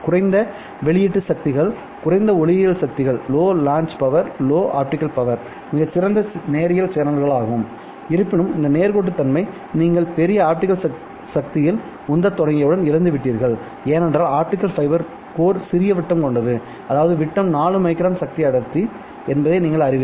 குறைந்த வெளியீட்டு சக்திகள் குறைந்த ஒளியியல் சக்திகள் மிகச் சிறந்த நேரியல் சேனலாகும் இருப்பினும் இந்த நேர்கோட்டுத்தன்மை நீங்கள் பெரிய ஆப்டிகல் சக்தியில் உந்தத் தொடங்கியவுடன் இழந்துவிட்டீர்கள் ஏனென்றால் ஆப்டிகல் ஃபைபர் கோர் சிறிய விட்டம் கொண்டது அதாவது விட்டம் 4 மைக்ரான் சக்தி அடர்த்தி என்பதை நீங்கள் அறிவீர்கள்